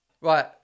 Right